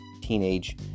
teenage